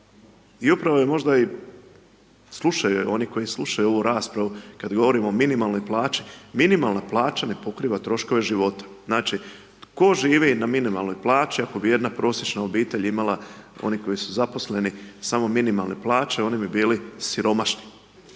i upravo je možda i slušaju je oni koji slušaju ovu raspravu kada govorimo o minimalnoj plaći, minimalna plaća ne pokriva troškove života. Znači, tko živi na minimalnoj plaći ako bi jedna prosječna obitelj imala, oni koji su zaposleni, samo minimalne plaće, oni bi bili siromašni.